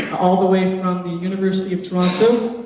all the way from the university of toronto,